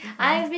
mine